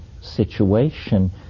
situation